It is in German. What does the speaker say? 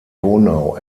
donau